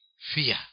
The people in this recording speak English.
fear